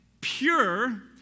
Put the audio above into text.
pure